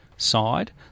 Side